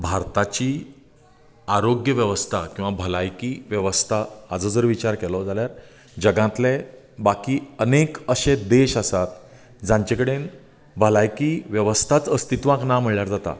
भारताची आरोग्य वेवस्था किंवा भलायकी वेवस्था हाजो जर विचार केलो जाल्यार जगांतले बाकी अनेक अशे देश आसात जांचे कडेन भलायकी वेवस्थाच अस्तित्वां ना म्हळ्यार जाता